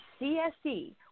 CSE